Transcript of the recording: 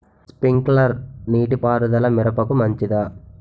Sprinkler నీటిపారుదల మిరపకు మంచిదా?